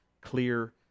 clear